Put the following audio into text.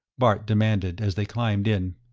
bart demanded, as they climbed in,